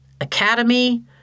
Academy